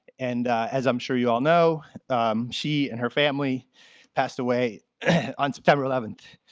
and as i'm sure you all know she and her family passed away on september eleventh,